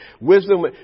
wisdom